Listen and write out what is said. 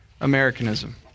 Americanism